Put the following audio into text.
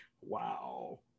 wow